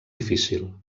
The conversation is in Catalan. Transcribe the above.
difícil